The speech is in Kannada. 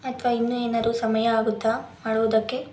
ಅಥವಾ ಇನ್ನೂ ಏನಾದ್ರು ಸಮಯ ಆಗುತ್ತಾ ಮಾಡುವುದಕ್ಕೆ